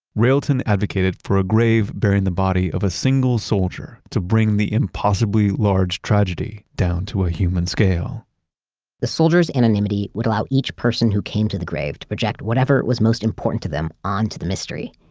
railton advocated for a grave bearing the body of a single soldier, to bring the impossibly large tragedy down to a human scale the soldier's anonymity would allow each person who came to the grave to project whatever was most important to them onto the mystery.